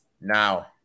now